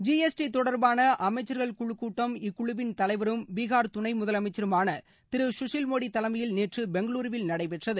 GST தொடர்பான அமைச்சகர்கள் குழு கூட்டம் இக்குழுவின் தலைவருமான பீகாா் துணை முதல் அமைச்சருமான திரு சுஷில் மோடி தலைமையில் நேற்று பெங்களூருவில் நடைபெற்றது